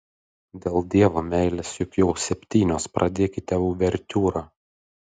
dėl dievo meilės juk jau septynios pradėkite uvertiūrą